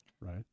Right